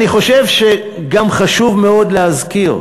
אני חושב שגם חשוב מאוד להזכיר,